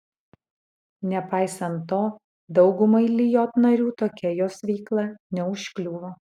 nepaisant to daugumai lijot narių tokia jos veikla neužkliuvo